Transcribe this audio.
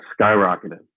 skyrocketed